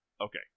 Okay